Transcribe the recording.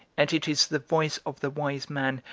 and it is the voice of the wise man,